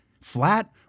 Flat